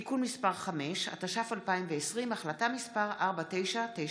(תיקון מס' 5), התש"ף 2020, החלטה מס' 4997,